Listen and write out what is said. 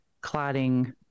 clotting